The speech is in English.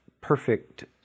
perfect